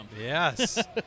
Yes